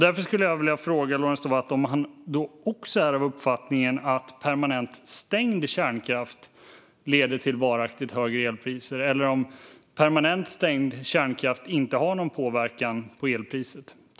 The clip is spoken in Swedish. Därför vill jag fråga Lorentz Tovatt om han också är av uppfattningen att permanent stängd kärnkraft leder till varaktigt högre elpriser eller om permanent stängd kärnkraft inte har någon påverkan på elpriset.